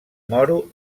moro